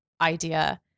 idea